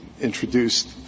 introduced